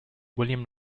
william